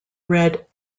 red